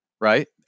right